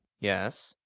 yes.